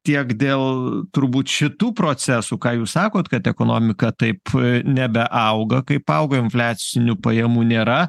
tiek dėl turbūt šitų procesų ką jūs sakot kad ekonomika taip nebeauga kaip auga infliacinių pajamų nėra